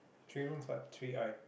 three room flat three I